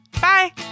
Bye